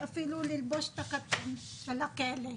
ואפילו ללבוש את החולצה של הכלא.